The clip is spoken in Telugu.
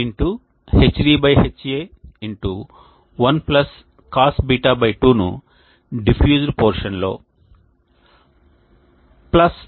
Hd Ha 1 Cosβ 2 ను డిఫ్యూజ్డ్ పోర్షన్ లో Ha